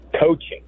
coaching